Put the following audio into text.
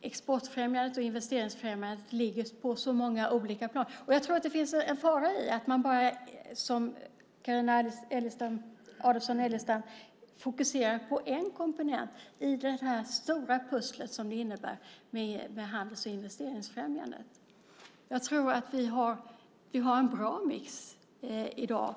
Exportfrämjandet och investeringsfrämjandet ligger på så många olika plan. Jag tror att det finns en fara i att man bara, som Carina Adolfsson Elgestam, fokuserar på en komponent i det här stora pusslet som handels och investeringsfrämjandet innebär. Jag tror att vi har en bra mix i dag.